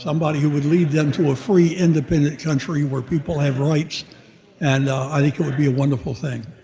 somebody who would lead them to a free, independent country where people have rights and i think it would be a wonderful thing.